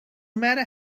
matter